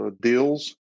deals